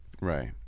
right